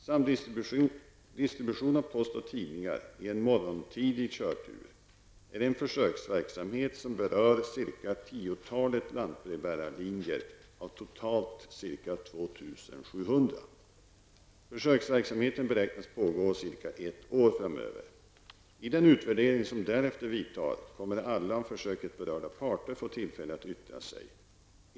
Samdistributionen av post och tidningar i en morgontidig körtur är en försöksverksamhet som berör cirka tiotalet lantbrevbärarlinjer av totalt ca I den utvärdering som därefter vidtar kommer alla av försöket berörda parter att få tillfälle att yttra sig.